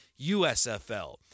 USFL